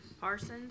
Parsons